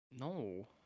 No